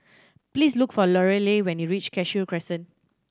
please look for Lorelai when you reach Cashew Crescent